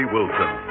Wilson